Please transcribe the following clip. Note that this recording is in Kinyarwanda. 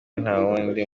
ntawundi